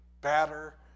batter